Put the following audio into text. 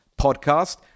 Podcast